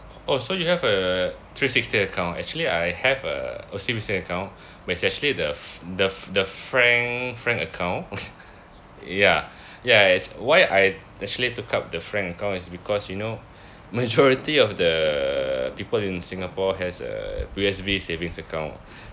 oh so you have a three sixty account actually I have a O_C_B_C account where it's actually the the the frank frank account ya ya it's why I actually took up the frank account is because you know majority of the people in singapore has a P_O_S_B savings account